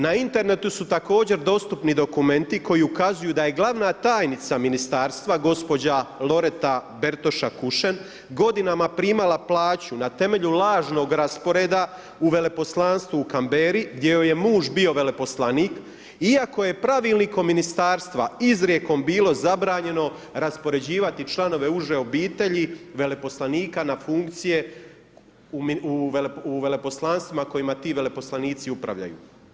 Na internetu su također dostupni dokumenti koji ukazuju da je glavna tajnica ministarstva gospođa Loreta Bertoša Kušen godinama primala plaću na temelju lažnog rasporeda u veleposlanstvu u Canberri gdje joj je muž bio poslanik iako je pravilnikom ministarstva izrijekom bilo zabranjeno raspoređivati članove uže obitelji veleposlanika na funkcije u veleposlanstvima kojima ti veleposlanici upravljaju.